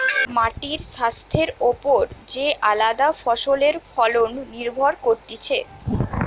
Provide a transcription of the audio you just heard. মাটির স্বাস্থ্যের ওপর যে আলদা ফসলের ফলন নির্ভর করতিছে